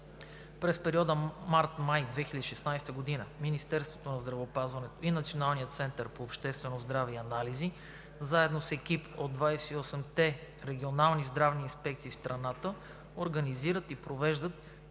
През периода март – май 2016 г. Министерството на здравеопазването и Националният център по обществено здраве и анализи заедно с екипи от 28-те регионални здравни инспекции в страната организират и провеждат